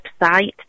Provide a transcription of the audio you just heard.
website